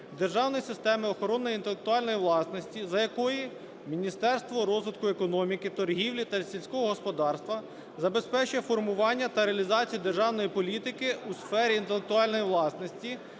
державної системи охоронної інтелектуальної власності, за якої Міністерство розвитку економіки, торгівлі та сільського господарства забезпечує формування та реалізацію державної політики у сфері інтелектуальної власності